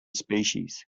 species